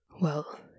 Well